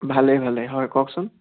ভালে ভালে হয় কওকচোন